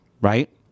right